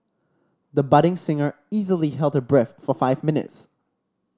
the budding singer easily held her breath for five minutes